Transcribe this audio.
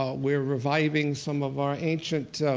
ah we're reviving some of our ancient,